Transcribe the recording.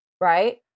right